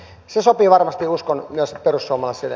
se sopii varmasti uskon myös perussuomalaisille